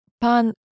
pan